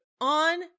on